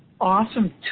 awesome